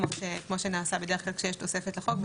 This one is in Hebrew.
כמו שנעשה בדרך כלל כשיש תוספת לחוק.